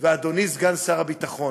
ואדוני סגן שר הביטחון,